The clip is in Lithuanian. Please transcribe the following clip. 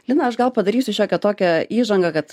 lina aš gal padarysiu šiokią tokią įžangą kad